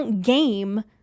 game